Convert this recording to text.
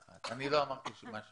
אני לא אמרתי את מה שאמרת.